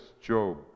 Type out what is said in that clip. Job